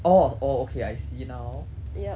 orh oh okay I see now